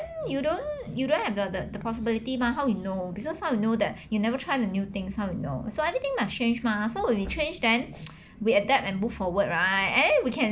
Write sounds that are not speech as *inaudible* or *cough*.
then you don't you don't have the the possibility mah how you know because how you know that *breath* you never try the new things how you know so everything must change mah so when we change then *noise* we adapt and move forward right and then we can